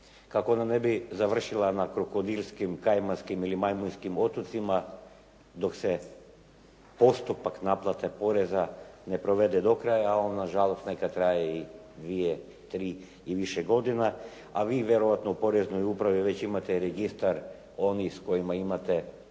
kako ona ne bi završila na krokodilskim, kajmanskim ili majmunskim otocima dok se postupak naplate poreza ne provede do kraja, a on nažalost nekad traje i dvije, tri i više godina. A vi vjerojatno u poreznoj upravi već imate registar onih s kojima imate